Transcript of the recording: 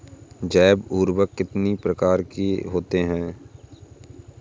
जैव उर्वरक कितनी प्रकार के होते हैं?